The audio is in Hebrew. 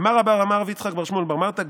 "אמר רבה אמר רב יצחק בר שמואל בר מרתא,